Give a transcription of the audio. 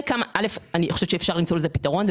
ראשית, אני חושבת שאפשר למצוא לזה פתרון.